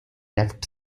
left